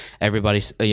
Everybody's